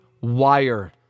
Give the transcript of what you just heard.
wire